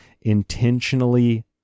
intentionally